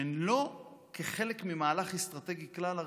שהן לא חלק ממהלך אסטרטגי כלל-ארצי,